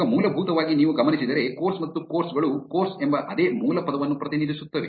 ಈಗ ಮೂಲಭೂತವಾಗಿ ನೀವು ಗಮನಿಸಿದರೆ ಕೋರ್ಸ್ ಮತ್ತು ಕೋರ್ಸ್ ಗಳು ಕೋರ್ಸ್ ಎಂಬ ಅದೇ ಮೂಲ ಪದವನ್ನು ಪ್ರತಿನಿಧಿಸುತ್ತವೆ